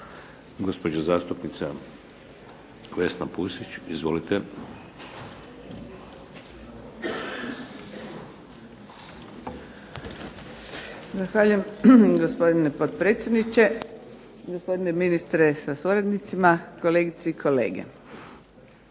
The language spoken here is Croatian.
gospođa zastupnica Vesna Pusić. Izvolite. **Pusić, Vesna (HNS)** Zahvaljujem gospodine potpredsjedniče. Gospodine ministre sa suradnicima, kolegice i kolege.